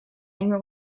enge